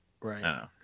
Right